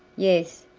yes,